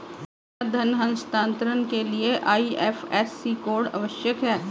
क्या धन हस्तांतरण के लिए आई.एफ.एस.सी कोड आवश्यक है?